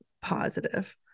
positive